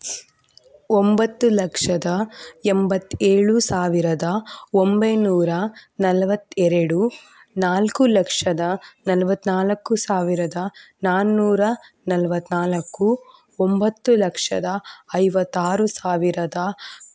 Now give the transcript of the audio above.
ಒಂಬತ್ತು ಲಕ್ಷದ ಎಂಬತ್ತೇಳು ಸಾವಿರದ ಒಂಬೈನೂರ ನಲವತ್ತೆರಡು ನಾಲ್ಕು ಲಕ್ಷದ ನಲವತ್ತ್ನಾಲ್ಕು ಸಾವಿರದ ನಾನ್ನೂರ ನಲವತ್ತ್ನಾಲ್ಕು ಒಂಬತ್ತು ಲಕ್ಷದ ಐವತ್ತಾರು ಸಾವಿರದ